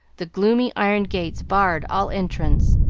the gloomy iron gates barred all entrance,